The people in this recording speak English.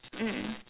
mm